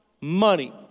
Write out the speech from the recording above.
money